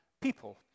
people